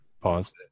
Pause